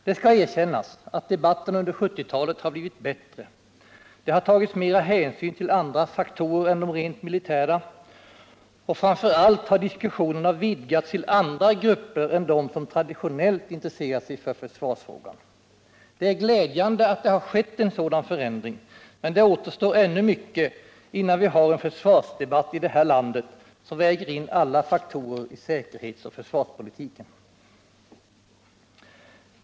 Det skall erkännas att debatten under 1970-talet blivit bättre, det har tagits mer hänsyn till andra faktorer än de rent militära, och framför allt har diskussionerna vidgats till andra grupper än dem som traditionellt intresserat sig för försvarsfrågan. Det är glädjande att det har skett en sådan förändring, men det återstår ännu mycket, innan vi har en försvarsdebatt i vårt land som väger in alla faktorer i säkerhetsoch försvarspolitiken.